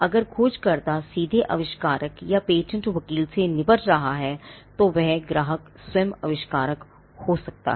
अगर खोजकर्ता सीधे आविष्कारक या पेटेंट वकील से निपट रहा हैतो वह ग्राहक स्वयं आविष्कारक हो सकता है